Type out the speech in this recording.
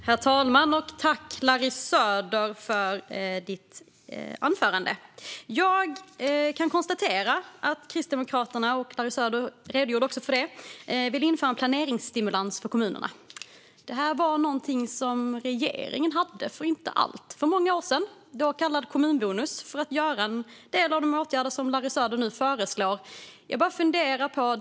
Herr talman! Jag tackar Larry Söder för hans anförande. Jag kan konstatera att Kristdemokraterna - som Larry Söder redogjorde för - vill införa en planeringsstimulans för kommunerna. Detta var någonting som regeringen hade för inte alltför många år sedan. Då kallades den kommunbonus för att en del av de åtgärder som Larry Söder nu föreslår skulle vidtas.